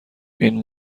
این